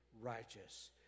righteous